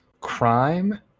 crime